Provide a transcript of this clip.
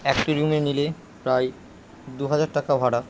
একটি রুমের নিলে প্রায় দু হাজার টাকা ভাড়া